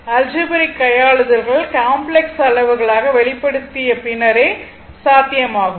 எனவே அல்ஜெபிரிக் கையாளுதல்கள் காம்ப்ளக்ஸ் அளவுகளாக வெளிப்படுத்திய பின்னரே சாத்தியமாகும்